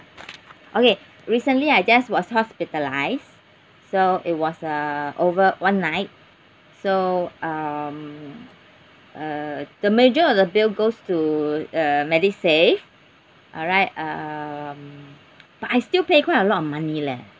okay recently I just was hospitalised so it was a over one night so um uh the major of the bill goes to uh medisave alright um but I still pay quite a lot of money leh